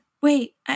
wait